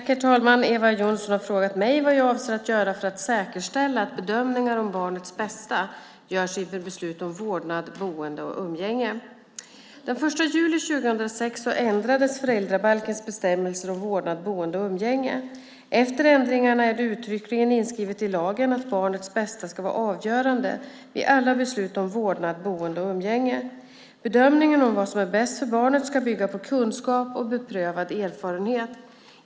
Herr talman! Eva Johnsson har frågat mig vad jag avser att göra för att säkerställa att bedömningar om barnets bästa görs inför beslut om vårdnad, boende och umgänge. Den 1 juli 2006 ändrades föräldrabalkens bestämmelser om vårdnad, boende och umgänge. Efter ändringarna är det uttryckligen inskrivet i lagen att barnets bästa ska vara avgörande vid alla beslut om vårdnad, boende och umgänge. Bedömningen av vad som är bäst för barnet ska bygga på kunskap och beprövad erfarenhet.